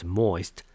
moist